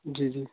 जी जी